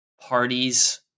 parties